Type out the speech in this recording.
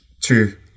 two